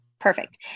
Perfect